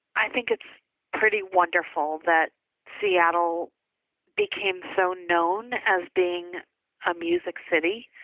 i think it's pretty wonderful that seattle became so known as being a music city.